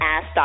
Ask